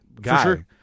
guy